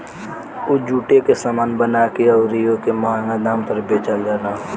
उ जुटे के सामान बना के अउरी ओके मंहगा दाम पर बेचल जाला